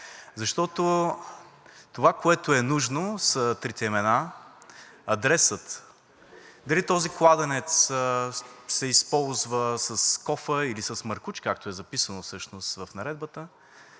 Защото това, което е нужно, са трите имена, адресът, дали този кладенец се използва с кофа, или с маркуч, както е записано всъщност в наредбата,